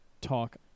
talk